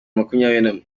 makumyabiri